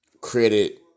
credit